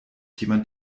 jemand